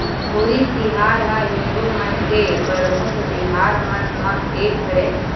होरी तिहार ह हिदू मन के परमुख तिहार मन म एक हरय